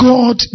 God